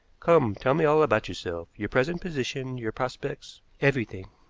come, tell me all about yourself, your present position, your prospects everything.